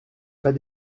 pas